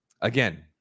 again